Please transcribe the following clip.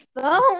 phone